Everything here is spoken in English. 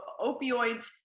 opioids